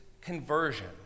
conversion